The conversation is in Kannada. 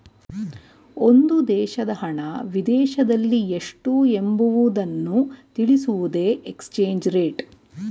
ಒಂದು ದೇಶದ ಹಣ ವಿದೇಶದಲ್ಲಿ ಎಷ್ಟು ಎಂಬುವುದನ್ನು ತಿಳಿಸುವುದೇ ಎಕ್ಸ್ಚೇಂಜ್ ರೇಟ್